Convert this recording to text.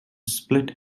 split